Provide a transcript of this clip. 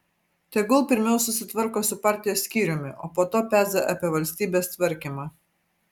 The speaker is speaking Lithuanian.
tegul pirmiau susitvarko su partijos skyriumi o po to peza apie valstybės tvarkymą